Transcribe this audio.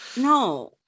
No